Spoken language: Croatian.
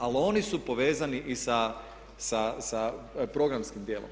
Ali oni su povezani i sa programskim dijelom.